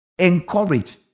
Encourage